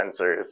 sensors